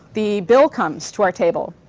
the bill comes to our table.